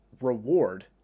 reward